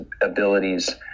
abilities